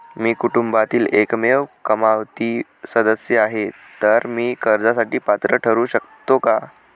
मी कुटुंबातील एकमेव कमावती सदस्य आहे, तर मी कर्जासाठी पात्र ठरु शकतो का?